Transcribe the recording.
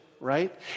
right